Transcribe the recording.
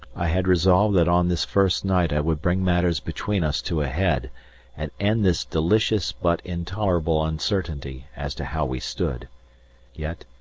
i had resolved that on this first night i would bring matters between us to a head and end this delicious but intolerable uncertainty as to how we stood yet,